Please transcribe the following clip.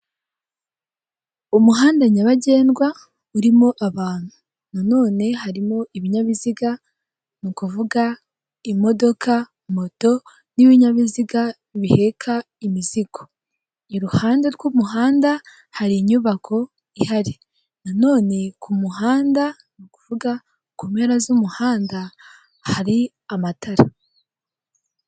Umuhanda nyabagendwa urimo abantu, nanone harimo ibinyabiziga n'ukuvuga imodoka, moto n'ibinyabiziga biheka imizigo, iruhande rw'umuhanda hari inyubako ihari nanone kumuhanda n'ukuvuga ku mpera z'umuhanda hari amatara.